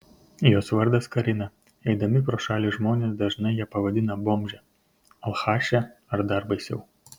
jos vardas karina eidami pro šalį žmonės dažnai ją pavadina bomže alchaše ar dar baisiau